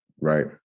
Right